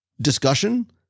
discussion